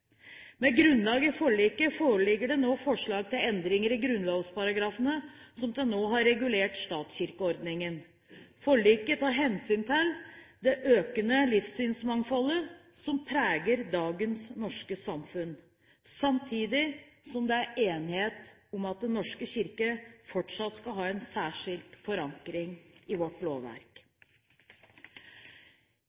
Med grunnlag i forliket foreligger det nå forslag til endringer i grunnlovsparagrafene som til nå har regulert statskirkeordningen. Forliket tar hensyn til det økende livssynsmangfoldet som preger dagens norske samfunn, samtidig som det er enighet om at Den norske kirke fortsatt skal ha en særskilt forankring i vårt lovverk.